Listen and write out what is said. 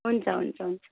हुन्छ हुन्छ हुन्छ